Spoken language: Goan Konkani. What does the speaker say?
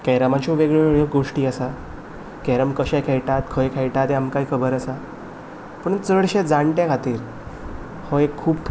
कॅरमाच्यो वेगळ्योवेगळ्यो गोश्टी आसा कॅरम कशे खेळटात खंय खेयटा तें आमकांय खबर आसा पूण चडशे जाणट्या खातीर हो एक खूब